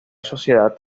sociedad